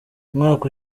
umwaka